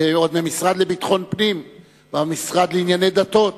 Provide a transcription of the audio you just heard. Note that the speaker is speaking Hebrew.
ועוד ממשרד לביטחון פנים והמשרד לענייני דתות